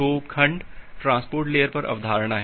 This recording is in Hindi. तो खंड ट्रांसपोर्ट लेयर पर अवधारणा है